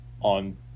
on